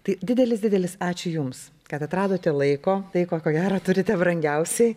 tai didelis didelis ačiū jums kad atradote laiko tai ko ko gero turite brangiausiai